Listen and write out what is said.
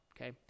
Okay